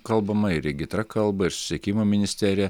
kalbama ir regitra kalba ir susisiekimo ministerija